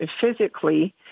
physically